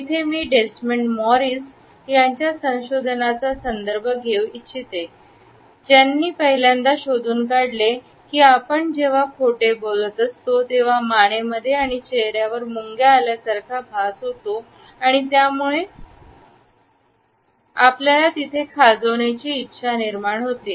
येथे मी Desmond Morris यांच्या संशोधनाचा संदर्भ घेऊ इच्छितो जाणे पहिल्यांदा हे शोधून काढले की की जेव्हा आपण खोटे बोलत असतो तेव्हा माने मध्ये आणि चेहऱ्यावर मुंग्या आल्यासारखा भास होतो आणि त्यामुळे पर्यंतचा आपल्याला तिथे खाजवण्याची इच्छा निर्माण होते